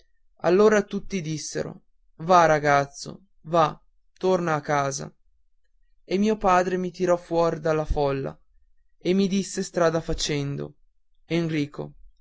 allora tutti dissero va ragazzo va torna a casa e mio padre mi tirò fuori della folla e mi disse strada facendo enrico